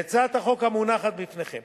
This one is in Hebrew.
בהצעת חוק המונחת בפניכם